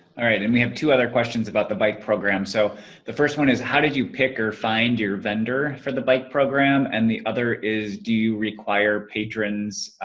all right, and we have two other questions about the bike program. so the first one is how did you pick or find your vendor for the bike program? and the other is do you require patrons,